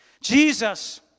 Jesus